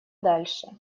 дальше